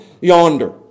yonder